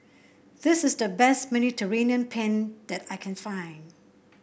this is the best Mediterranean Penne that I can find